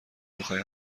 میخای